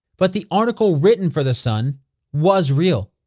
but the article written for the sun was real.